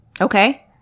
Okay